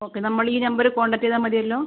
okay നമ്മൾ ഈ നമ്പരിൽ കോൺടാക്ട് ചെയ്താൽ മതിയല്ലോ